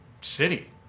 city